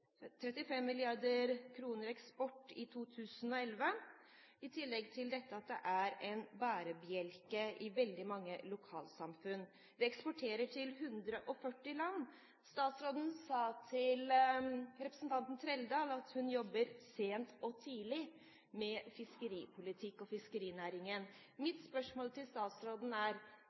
eksport for 35 mrd. kr i 2011 – i tillegg til at det er en bærebjelke i veldig mange lokalsamfunn. Vi eksporterer til 140 land. Statsråden sa til representanten Trældal at hun jobber sent og tidlig med fiskeripolitikk og fiskerinæringen. Mitt spørsmål til statsråden er: